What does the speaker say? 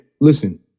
listen